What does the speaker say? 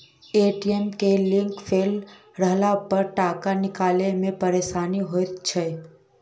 ATM के link fail रहलापर टाका निकालै मे परेशानी होइत छै